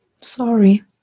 Sorry